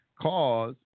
Cause